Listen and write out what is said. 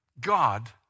God